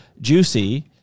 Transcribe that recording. juicy